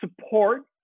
support